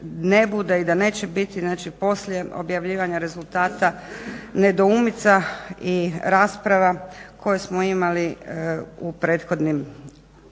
ne bude i da neće biti, znači poslije objavljivanja rezultata nedoumica i rasprava koje smo imali u prethodnim